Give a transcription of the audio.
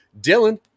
dylan